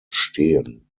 stehen